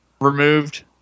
removed